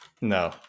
No